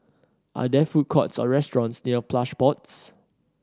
are there food courts or restaurants near Plush Pods